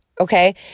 okay